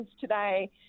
today